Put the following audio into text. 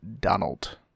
Donald